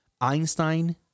Einstein